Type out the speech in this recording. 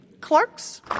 Clerks